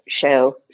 show